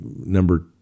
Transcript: number